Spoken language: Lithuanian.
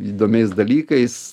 įdomiais dalykais